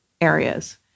areas